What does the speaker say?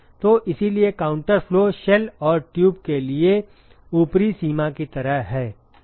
तो इसीलिए counter flow shell और ट्यूब के लिए ऊपरी सीमा की तरह है